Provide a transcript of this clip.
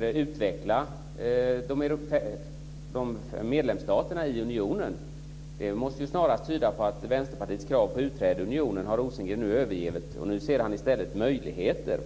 utveckla medlemsstaterna i unionen? Det måste snarast tyda på att Rosengren nu har övergivit Vänsterpartiets krav på utträde ur unionen och i stället ser möjligheter.